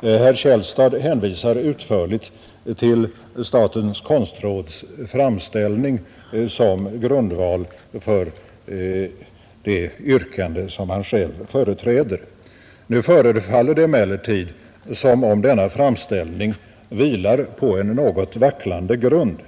Herr Källstad hänvisar utförligt till statens konstråds framställning som grundval för det yrkande han själv företräder. Nu förefaller det emellertid som om denna framställning vilar på en ganska vacklande grund.